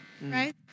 right